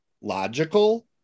logical